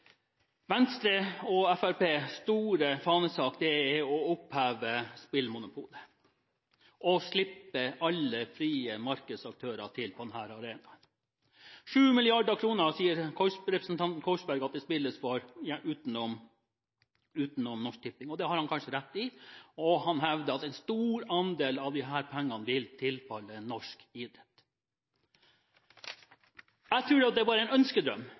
og Fremskrittspartiets store fanesak er å oppheve spillmonopolet og slippe alle frie markedsaktører til på denne arenaen. Representanten Korsberg sier at det spilles for 7 mrd. kr utenom Norsk Tipping, og det har han kanskje rett i, og han hevder at en stor andel av disse pengene vil tilfalle norsk idrett. Jeg tror det bare er en ønskedrøm